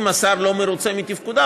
אם השר לא מרוצה מתפקודם,